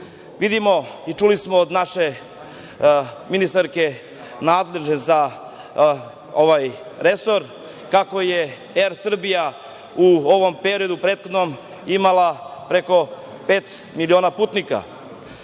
Vidimo i čuli smo od naše ministarke nadležne za ovaj resor kako je ER Srbija u ovom periodu, prethodnom imala preko pet miliona putnika. To